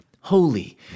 holy